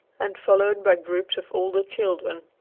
and followed by groups of older children.